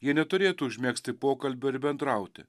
jie neturėtų užmegzti pokalbio ir bendrauti